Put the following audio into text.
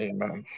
Amen